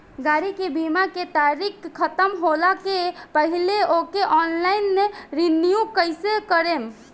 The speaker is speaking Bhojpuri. गाड़ी के बीमा के तारीक ख़तम होला के पहिले ओके ऑनलाइन रिन्यू कईसे करेम?